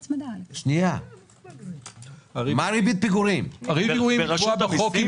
ריבית הפיגורים קבועה בחוק.